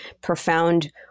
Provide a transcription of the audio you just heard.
profound